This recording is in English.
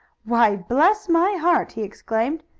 why, bless my heart! he exclaimed.